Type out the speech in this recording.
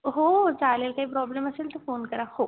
हो चालेल काही प्रॉब्लेम असेल तर फोन करा हो